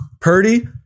Purdy